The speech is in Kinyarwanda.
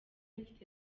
mfite